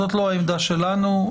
זאת לא העמדה שלנו.